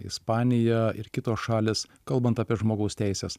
ispanija ir kitos šalys kalbant apie žmogaus teises